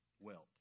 wealth